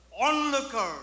onlooker